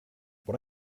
what